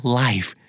life